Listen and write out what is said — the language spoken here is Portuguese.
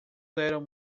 eram